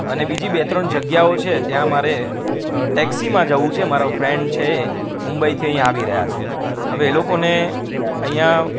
અને બીજી બે ત્રણ જગ્યાઓ છે ત્યાં મારે ટેક્સીમાં જવું છે મારો ફ્રેન્ડ છે એ મુંબઈથી અહીંયાં આવી રહ્યા છે હવે એ લોકોને અહીંયાં